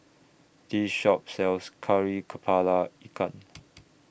This Shop sells Kari Kepala Ikan